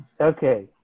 Okay